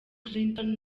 clinton